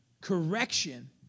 correction